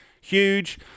huge